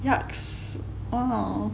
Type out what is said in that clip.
yucks